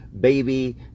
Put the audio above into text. baby